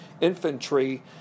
Infantry